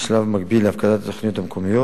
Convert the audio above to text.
שלב מקביל להפקדה בתוכניות מקומיות.